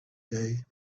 day